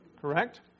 correct